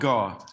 God